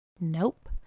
Nope